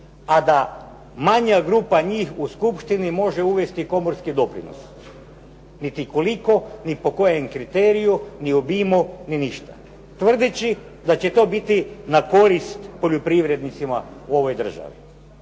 a da manja grupa njih u skupštini može uvesti komorski doprinos, niti koliko ni po kojem kriteriju ni obimu, ni ništa tvrdeći da će to biti na korist poljoprivrednicima u ovoj državi.